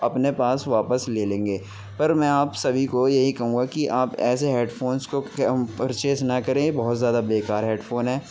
اپنے پاس واپس لے لیں گے پر میں آپ سبھی کو یہی کہوں گا کہ آپ ایسے ہیڈ فونس کو پرچیز نہ کریں بہت زیادہ بے کار ہیڈ فون ہے